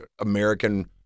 American